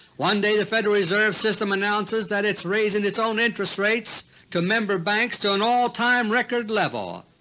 one day the federal reserve system announces that it's raising its own interest rates to member banks to an all-time record level,